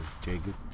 Jacob